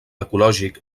ecològic